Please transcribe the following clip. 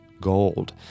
gold